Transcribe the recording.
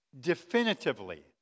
definitively